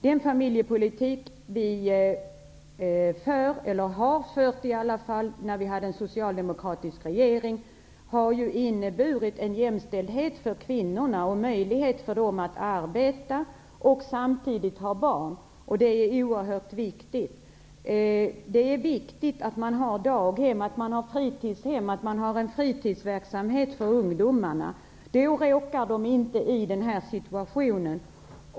Den familjepolitik vi för -- eller i alla fall förde när vi hade en socialdemokratisk regering -- har ju inneburit jämställdhet för kvinnorna och möjlighet för dem att arbeta och samtidigt ha barn. Det är viktigt att man har daghem och fritidshem -- att man har en fritidsverksamhet för ungdomarna. Då råkar de inte in i den här situationen.